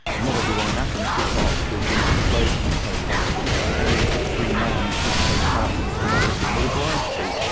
not everyone in athens took part because women and slaves couldn't take part, but um any free man could take part in this democracy, and was obliged to.